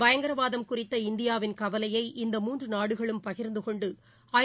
பயங்கரவாதம் குறித்த இந்தியாவின் கவலையை இந்த மூன்றுநாடுகளும் பகிா்ந்துக்கொண்டுஐ